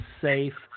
safe